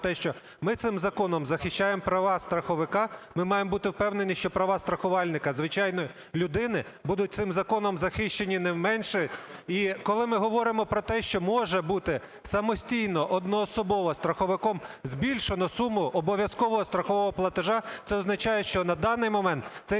те, що ми цим законом захищаємо права страховика, ми маємо бути впевнені, що права страхувальника, звичайної людини, будуть цим законом захищені не менше. І коли ми говоримо про те, що може бути самостійно, одноособово страховиком збільшено суму обов'язкового страхового платежу, це означає, що на даний момент цей